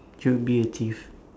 you'd be a thief